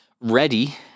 ready